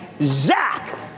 Zach